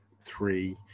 three